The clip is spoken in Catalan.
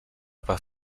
per